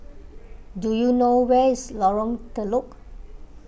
do you know where is Lorong Telok